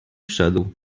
wszedł